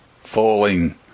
falling